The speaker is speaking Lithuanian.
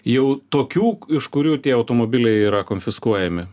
jau tokių iš kurių tie automobiliai yra konfiskuojami